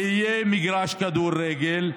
יהיה מגרש כדורגל,